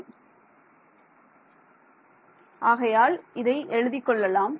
மாணவர் ஆகையால் இதை எழுதிக் கொள்ளலாம்